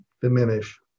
diminish